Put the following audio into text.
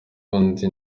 wundi